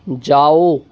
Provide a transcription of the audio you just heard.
जाओ